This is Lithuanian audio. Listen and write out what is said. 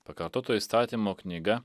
pakartoto įstatymo knyga